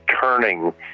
turning